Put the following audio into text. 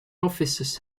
officers